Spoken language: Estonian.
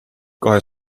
kahe